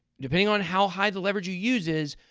depending on how high the leverage you use is,